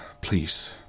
Please